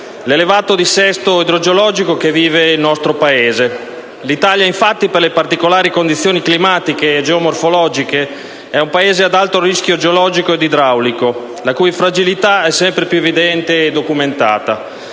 l'elevato dissesto idrogeologico che vive il nostro Paese. L'Italia, infatti, per le particolari condizioni climatiche e geomorfologiche, è un Paese ad alto rischio geologico ed idraulico, la cui fragilità è sempre più evidente e documentata: